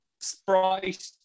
Sprite